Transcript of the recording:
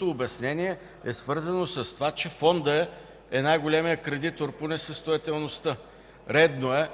обяснение. То е свързано с това, че Фондът е най-големият кредитор по несъстоятелността. Редно е